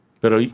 Pero